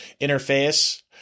interface